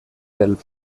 del